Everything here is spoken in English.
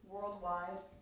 worldwide